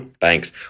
Thanks